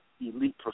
elite